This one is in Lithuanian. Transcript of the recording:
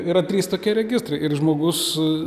yra trys tokie registrai ir žmogus